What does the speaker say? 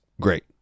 great